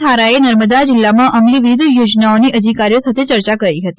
થારાએ નર્મદા જીલ્લામાં અમલી વિવિધ યોજનાઓની અધિકારીઓ સાથે ચર્ચા કરી હતી